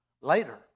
later